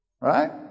Right